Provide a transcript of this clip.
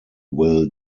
will